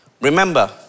Remember